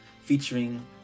featuring